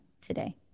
today